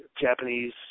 Japanese